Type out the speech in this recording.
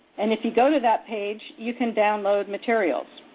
and if you go to that page, you can download materials.